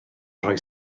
rhoi